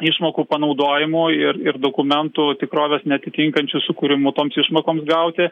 išmokų panaudojimu ir ir dokumentų tikrovės neatitinkančių sukūrimu toms išmokoms gauti